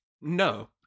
No